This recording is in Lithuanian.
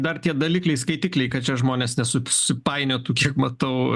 dar tie dalikliai skaitikliai kad čia žmonės nesusipainiotų kiek matau